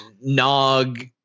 Nog